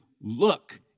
look